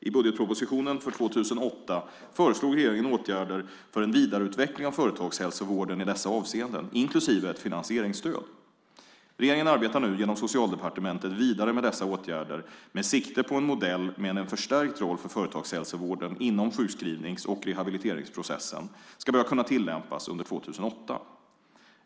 I budgetpropositionen för 2008 föreslog regeringen åtgärder för en vidareutveckling av företagshälsovården i dessa avseenden, inklusive ett finansieringsstöd. Regeringen arbetar nu genom Socialdepartementet vidare med dessa åtgärder med sikte på att en modell med en förstärkt roll för företagshälsovården inom sjukskrivnings och rehabiliteringsprocessen ska kunna börja tillämpas under 2008.